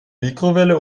mikrowelle